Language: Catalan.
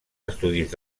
estudis